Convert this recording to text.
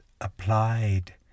applied